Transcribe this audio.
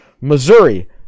Missouri